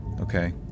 Okay